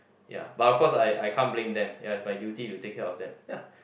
ya but of course I I can't blame them ya it's my duty to take care of them ya